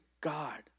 God